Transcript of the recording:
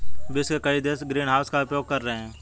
विश्व के कई देश ग्रीनहाउस का उपयोग कर रहे हैं